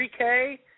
3K